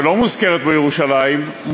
שלא מוזכרת בו ירושלים,